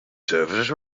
services